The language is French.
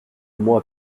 moi